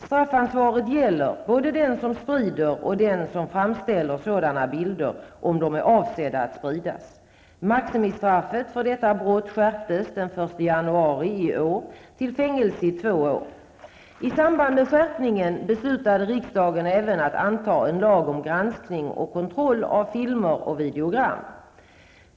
Straffansvaret gäller både den som sprider och den som framställer sådana bilder, om de är avsedda att spridas. Maximistraffet för detta brott skärptes den SFS 1990:886).